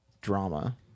drama